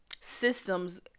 systems